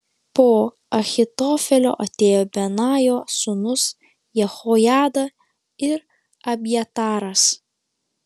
po ahitofelio atėjo benajo sūnus jehojada ir abjataras